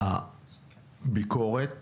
הביקורת